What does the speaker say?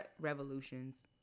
revolutions